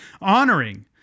honoring